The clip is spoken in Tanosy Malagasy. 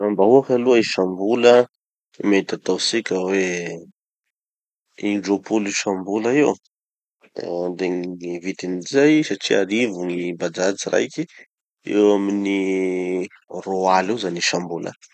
mbahoaky aloha isam-bola, mety ataotsika hoe indropolo isambola eo. De gny vidin'izay, satria arivo gny bajaj raiky, eo amin'ny roa aly eo isam-bola.